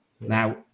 Now